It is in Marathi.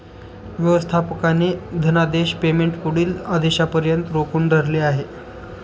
व्यवस्थापकाने धनादेश पेमेंट पुढील आदेशापर्यंत रोखून धरले आहे